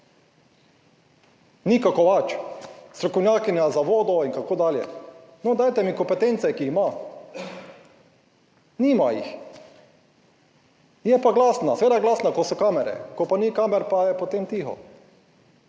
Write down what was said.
Nika Kovač, strokovnjakinja za vodo in tako dalje. No, dajte mi kompetence, ki jih ima. Nima jih, je pa glasna, seveda je glasna, ko so kamere, ko pa ni kamer, pa je potem tiho.